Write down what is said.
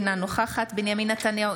אינה נוכח בנימין נתניהו,